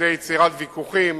על-ידי יצירת ויכוחים